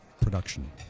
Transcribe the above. Production